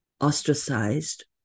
ostracized